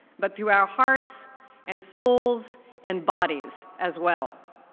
but through our hearts and souls and bodies as well.